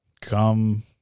Come